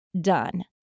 done